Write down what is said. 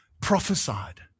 prophesied